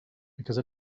because